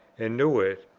and knew it,